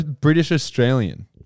British-Australian